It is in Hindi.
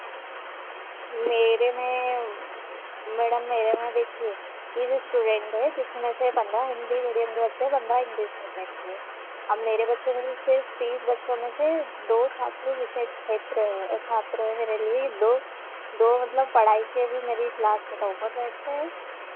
मेरे में मैडम मेरे में देखिए तीस इस्टूडेंट हैं जिसमें से पंद्रह हिन्दी मीडियम के बच्चे हैं पंद्रह इंग्लिश मीडियम के हैं अब मेरे बच्चे में से सिर्फ तीस बच्चों में से दो छात्र विशेष क्षेत्र है छात्र है मेरे लिए दो दो मतलब पढ़ाई के भी मेरी क्लास के टॉपर्स रहते हैं